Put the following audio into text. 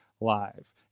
Live